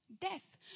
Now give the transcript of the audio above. death